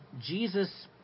Jesus